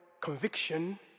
conviction